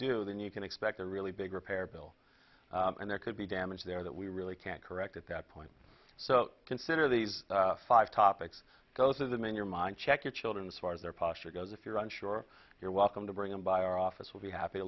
do then you can expect a really big repair bill and there could be damage there that we really can't correct at that point so consider these five topics both of them in your mind check your children as far as their posture goes if you're on shore you're welcome to bring them by our office we'll be happy to